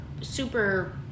super